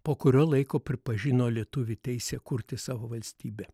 po kurio laiko pripažino lietuvių teisę kurti savo valstybę